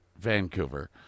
Vancouver